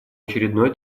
очередной